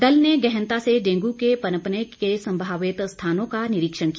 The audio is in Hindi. दल ने गहनता से डेंगू के पनपने के संभावित स्थानों का निरीक्षण किया